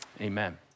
amen